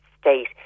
state